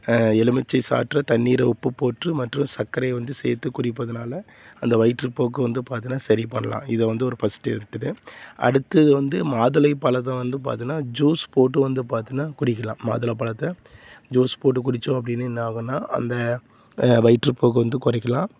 எலுமிச்சை சாற்றில் தண்ணீரை உப்பு போட்டு மற்றும் சர்க்கரையை வந்து சேர்த்து குடிப்பதனால் அந்த வயிற்றுப்போக்கு வந்து பார்த்தின்னா சரி பண்ணலாம் இதை வந்து ஒரு ஃபஸ்ட்டு இருக்குது அடுத்தது வந்து மாதுளை பழத்த வந்து பார்த்தின்னா ஜூஸ் போட்டு வந்து பார்த்தின்னா குடிக்கலாம் மாதுளப்பழத்த ஜூஸ் போட்டு குடித்தோம் அப்படினா என்னாகும்னா அந்த வயிற்றுப்போக்கு வந்து குறைக்கலாம்